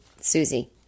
Susie